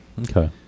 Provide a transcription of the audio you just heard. Okay